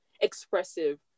expressive